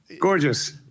Gorgeous